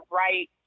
right